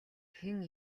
хэн